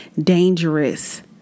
dangerous